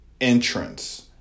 entrance